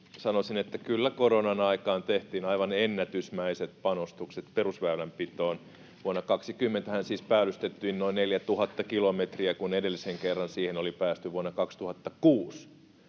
sanoisin, että kyllä koronan aikaan tehtiin aivan ennätysmäiset panostukset perusväylänpitoon. Vuonna 20:hän siis päällystettiin noin 4 000 kilometriä, kun edellisen kerran siihen oli päästy vuonna 2006,